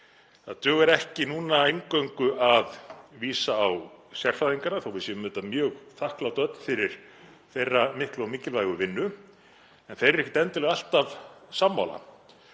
Það dugar ekki núna eingöngu að vísa á sérfræðingana, þótt við séum auðvitað mjög þakklát fyrir þeirra miklu og mikilvægu vinnu, en þeir eru ekkert endilega alltaf sammála.